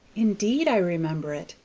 indeed i remember it,